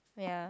ya